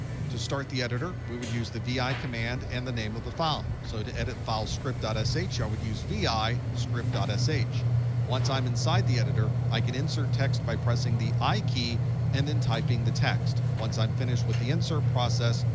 to start the editor, we would use the vi command and the name of the file. so to edit file script but so sh, i would use vi script sh. once i'm inside the editor, i can insert text by pressing the i key and then typing the text. once i'm finished with the insert process,